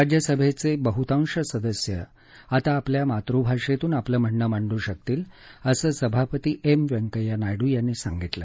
राज्यसभेचे बहुतांश सदस्य आता आपल्या मातृभाषेतून आपलं म्हणणं मांडू शकतील असं सभापती एम व्यंकय्या नायडू यांनी सांगितलं